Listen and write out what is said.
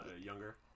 younger